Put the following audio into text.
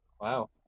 wow